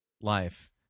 life